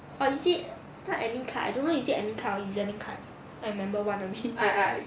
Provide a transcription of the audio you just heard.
or is it not admin card I don't know is it admin card or E_Z link card I remember one only